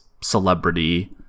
celebrity